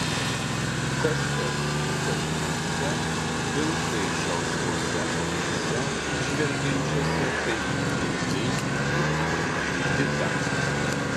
kažkas įsakmiose pilkai žalsvose akyse žvelgiančiose taip įtaigiai įtikino juditą